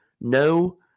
No